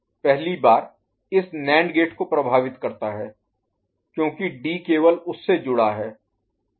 तो यह पहली बार इस नैंड गेट को प्रभावित करता है क्योंकि डी केवल उससे जुड़ा है